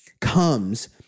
comes